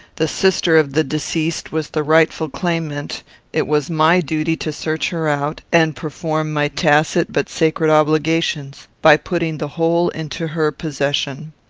the sister of the deceased was the rightful claimant it was my duty to search her out, and perform my tacit but sacred obligations, by putting the whole into her possession.